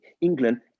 england